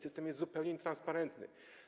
System jest zupełnie nietransparentny.